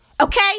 Okay